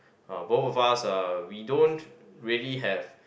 uh both of us uh we don't really have